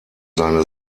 seine